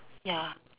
ya